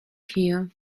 here